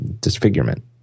Disfigurement